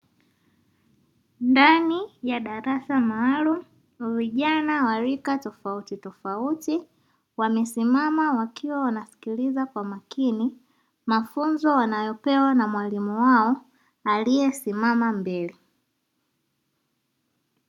Ndani ya darasa maalumu, vijana wa rika tofautitofauti wamesimama wakiwa wanasikiliza kwa makini mafunzo wanayopewa na mwalimu wao aliyesimama mbele.